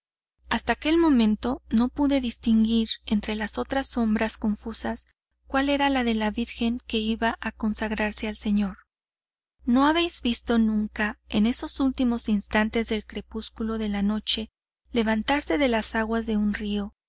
hasta aquel momento no pude distinguir entre las otras sombras confusas cuál era la de la virgen que iba a consagrarse al señor no habéis visto nunca en esos últimos instantes del crepúsculo de la noche levantarse de las aguas de un río